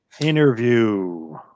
interview